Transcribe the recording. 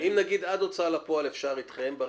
ואם נגיד עד הוצאה לפועל אפשר אתכם,